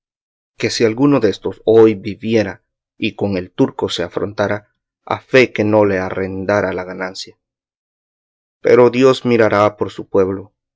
que si alguno déstos hoy viviera y con el turco se afrontara a fee que no le arrendara la ganancia pero dios mirará por su pueblo